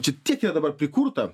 čia tiek yra dabar prikurta